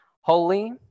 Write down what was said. holy